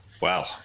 Wow